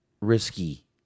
risky